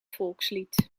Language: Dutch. volkslied